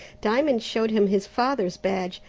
diamond showed him his father's badge,